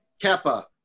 Kappa